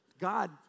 God